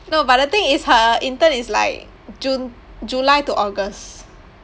no but the thing is her intern is like june july to august